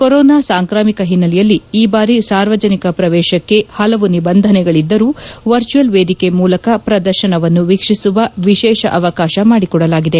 corona ಸಾಂಕ್ರಾಮಿಕ ಹಿನ್ನೆಲೆಯಲ್ಲಿ ಈ ಬಾರಿ ಸಾರ್ವಜನಿಕ ಪ್ರವೇಶಕ್ಷೆ ಹಲವು ನಿಬಂಧನೆಗಳಿದ್ದರೂ ವರ್ಚುವಲ್ ವೇದಿಕೆ ಮೂಲಕ ಪ್ರದರ್ಶನವನ್ನು ವೀಕ್ಷಿಸುವ ವಿಶೇಷ ಅವಕಾಶ ಮಾಡಿಕೊಡಲಾಗಿದೆ